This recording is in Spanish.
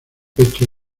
pecho